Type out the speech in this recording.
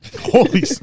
Holy